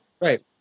Right